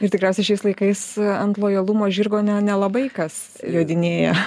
ir tikriausiai šiais laikais ant lojalumo žirgo ne nelabai kas jodinėja